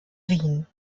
wien